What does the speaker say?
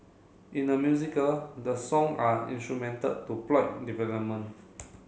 in a musical the song are instrumental to plot development